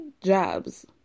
jobs